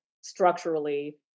structurally